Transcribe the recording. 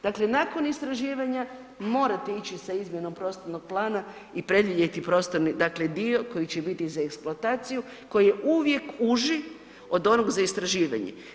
Dakle nakon istraživanja morate ići sa izmjenom prostornog plana i predvidjeti prostorni, dakle dio koji će biti za eksploataciju, koji je uvijek uži od onoga za istraživanje.